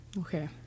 Okay